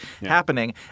happening